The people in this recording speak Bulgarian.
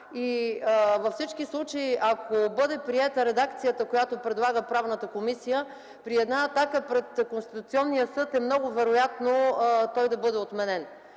Във всички случаи, ако бъде приета редакцията, която предлага Правната комисия, при една атака пред Конституционния съд е много вероятно той да бъде отменен.